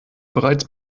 bereits